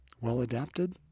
well-adapted